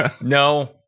No